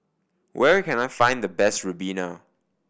where can I find the best ribena